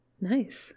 Nice